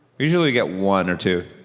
usually we get one or two.